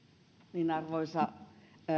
arvoisa